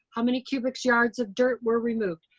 how many cubic yards of dirt were removed?